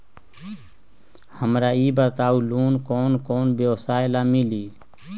हमरा ई बताऊ लोन कौन कौन व्यवसाय ला मिली?